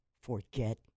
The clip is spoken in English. forget